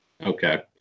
Okay